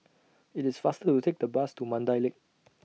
IT IS faster to Take The Bus to Mandai Lake